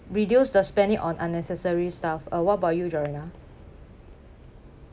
reduce the spending on unnecessary stuff uh what about you joanna